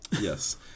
Yes